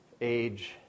age